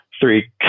three